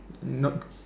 not